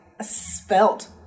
spelt